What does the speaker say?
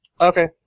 Okay